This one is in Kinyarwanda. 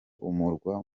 umurwa